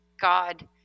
God